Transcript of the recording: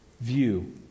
view